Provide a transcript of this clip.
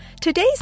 Today's